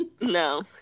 No